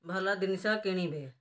ଭଲ ଜିନିଷ କିଣିବେ